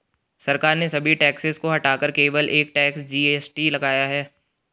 सरकार ने सभी टैक्सेस को हटाकर केवल एक टैक्स, जी.एस.टी लगाया है